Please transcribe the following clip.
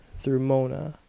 through mona.